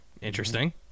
interesting